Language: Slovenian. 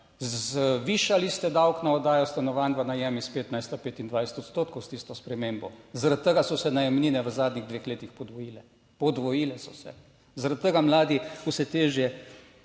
zvišali ste davek na oddajo stanovanj v najem iz 15, 25 odstotkov, s tisto spremembo. Zaradi tega so se najemnine v zadnjih dveh letih podvojile, podvojile so se, zaradi tega. Mladi vse težje